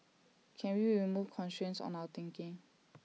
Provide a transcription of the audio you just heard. can we remove constraints on our thinking